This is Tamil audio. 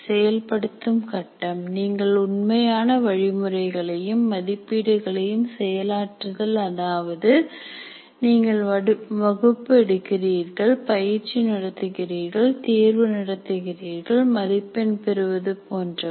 செயல்படுத்தும் கட்டம் நீங்கள் உண்மையான வழிமுறைகளையும் மதிப்பீடுகளையும் செயலாற்றுதல் அதாவது நீங்கள் வகுப்பு எடுக்கிறீர்கள் பயிற்சி நடத்துகிறீர்கள் தேர்வு நடத்துகிறீர்கள் மதிப்பெண் பெறுவது போன்றவை